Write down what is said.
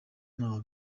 ntaho